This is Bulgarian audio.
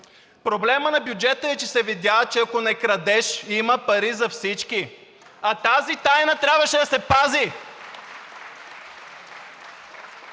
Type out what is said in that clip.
Проблемът на бюджета е, че се видя, че ако не крадеш, има пари за всички, а тази тайна трябваше да се пази.